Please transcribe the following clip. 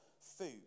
food